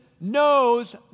knows